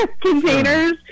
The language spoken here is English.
containers